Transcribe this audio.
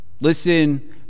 Listen